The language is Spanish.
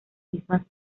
mismas